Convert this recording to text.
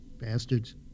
Bastards